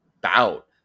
bout